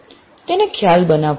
તેને ખ્યાલ બનાવવો